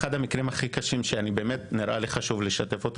רוצה לשתף אתכם באחד מהמקרים הקשים שהגיעו.